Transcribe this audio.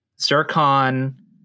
Zircon